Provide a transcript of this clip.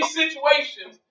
situations